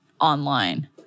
online